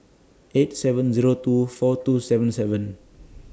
eight seven Zero two four two seven seven